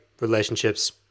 relationships